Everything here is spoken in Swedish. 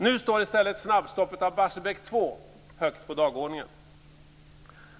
Nu står i stället snabbstoppet av Barsebäck 2 högt på dagordningen.